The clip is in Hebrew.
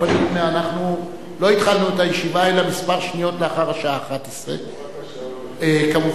לא התחלנו את הישיבה אלא כמה שניות לאחר השעה 11:00. כמובן,